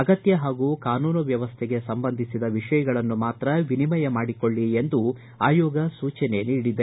ಅಗತ್ಯ ಹಾಗೂ ಕಾನೂನು ಸುವ್ಧವಸ್ಥೆಗೆ ಸಂಬಂಧಿಸಿದ ವಿಷಯಗಳನ್ನು ಮಾತ್ರ ವಿನಿಮಯ ಮಾಡಿಕೊಳ್ಳಿ ಎಂದು ಆಯೋಗ ಸೂಚನೆ ನೀಡಿದೆ